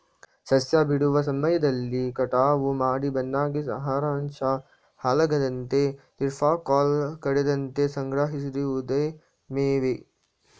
ಸಸ್ಯ ಬಿಡುವ ಸಮಯದಲ್ಲಿ ಕಟಾವು ಮಾಡಿ ಒಣಗ್ಸಿ ಆಹಾರಾಂಶ ಹಾಳಾಗದಂತೆ ದೀರ್ಘಕಾಲ ಕೆಡದಂತೆ ಸಂಗ್ರಹಿಸಿಡಿವುದೆ ಮೇವು